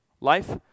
life